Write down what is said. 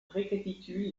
récapitule